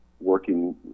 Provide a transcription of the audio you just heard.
working